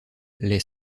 les